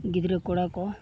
ᱜᱤᱫᱽᱨᱟᱹ ᱠᱚᱲᱟ ᱠᱚ